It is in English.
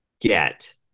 get